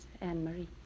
Anne-Marie